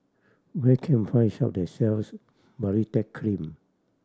where can find shop that sells Baritex Cream